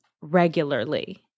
regularly